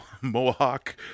Mohawk